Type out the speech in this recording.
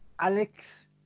Alex